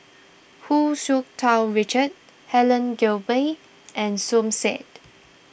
Hu Tsu Tau Richard Helen Gilbey and Som Said